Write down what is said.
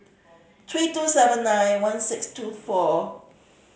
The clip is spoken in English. three two seven nine one six two four